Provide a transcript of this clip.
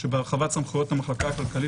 שבהרחבת סמכויות המחלקה הכלכלית,